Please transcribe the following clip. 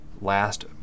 last